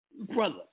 Brother